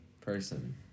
person